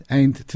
eind